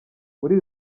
muri